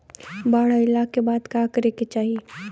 बाढ़ आइला के बाद का करे के चाही?